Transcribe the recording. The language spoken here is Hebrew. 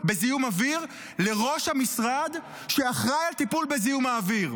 בזיהום אוויר לראש המשרד שאחראי לטיפול בזיהום האוויר.